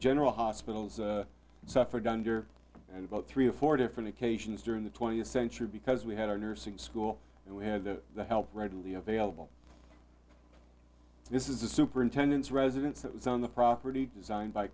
general hospitals suffered under and about three or four different occasions during the twentieth century because we had our nursing school and we had the the help readily available this is a superintendent's residence that was on the property designed by